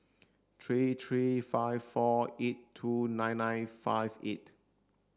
three three five four eight two nine nine five eight